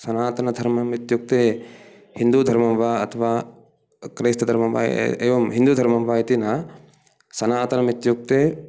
सनातनधर्मम् इत्युक्ते हिन्दुधर्मं वा अथवा क्रिस्तधर्मं वा एवं हिन्दुधर्मं वा इति न सनातनम् इत्युक्ते